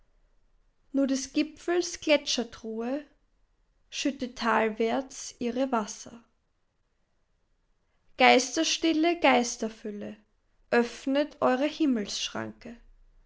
nur des gipfels gletschertruhe schüttet talwärts ihre wasser geisterstille geisterfülle öffnet eure